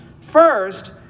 First